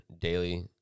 daily